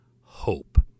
hope